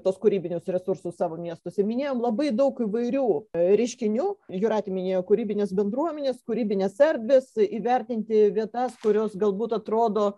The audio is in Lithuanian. tuos kūrybinius resursus savo miestuose minėjom labai daug įvairių reiškinių jūratė minėjo kūrybines bendruomenes kūrybines erdves įvertinti vietas kurios galbūt atrodo